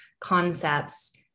concepts